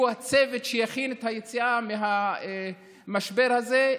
הצוות שיכין את היציאה מהמשבר הזה,